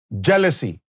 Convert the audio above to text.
Jealousy